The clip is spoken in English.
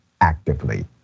actively